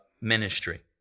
ministry